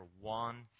one